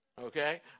Okay